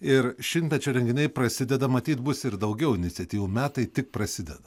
ir šimtmečio renginiai prasideda matyt bus ir daugiau iniciatyvų metai tik prasideda